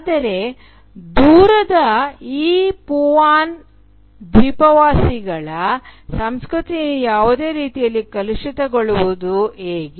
ಆದರೆ ಈ "ದೂರದ" ಪಪುವಾನ್ ದ್ವೀಪವಾಸಿಗಳ ಸಂಸ್ಕೃತಿಯನ್ನು ಯಾವುದೇ ರೀತಿಯಲ್ಲಿ ಕಲುಷಿತಗೊಳಿಸುವುದು ಹೇಗೆ